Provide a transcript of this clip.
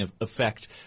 effect